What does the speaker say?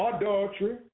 adultery